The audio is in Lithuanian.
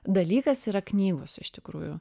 dalykas yra knygos iš tikrųjų